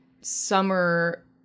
summer